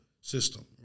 system